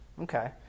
Okay